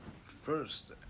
first